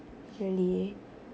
really